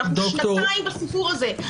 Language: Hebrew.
אנחנו שנתיים בסיפור הזה.